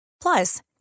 Plus